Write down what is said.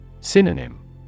Synonym